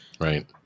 Right